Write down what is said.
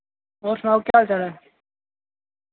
और सनाओ केह् हाल चल ऐ